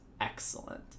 excellent